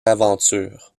aventure